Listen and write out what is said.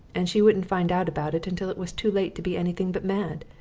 and she wouldn't find out about it until it was too late to be anything but mad.